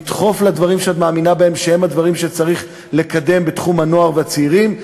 לדחוף לדברים שאת מאמינה שהם הדברים שצריך לקדם בתחום הנוער והצעירים,